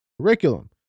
curriculum